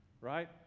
right